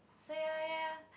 so ya ya ya